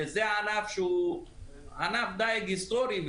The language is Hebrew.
זה ענף שהוא ענף היסטורי,